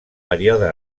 període